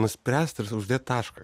nuspręst ir uždėt tašką